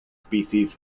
species